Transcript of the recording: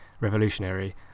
revolutionary